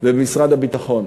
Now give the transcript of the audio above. ולמשרד הביטחון.